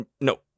No